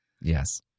Yes